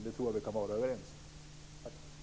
Jag tror att vi kan vara överens om det.